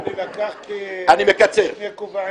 אני לקחתי שני כובעים.